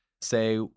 say